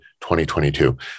2022